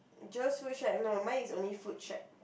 just wish I know mine is only food shack